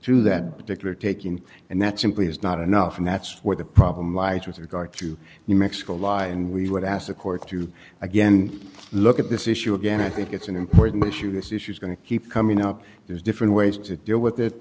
to that particular taking and that simply is not enough and that's where the problem lies with regard to new mexico law and we would ask the court to again look at this issue again i think it's an important issue this issue is going to keep coming up there's different ways to deal with it